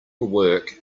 work